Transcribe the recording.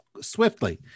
swiftly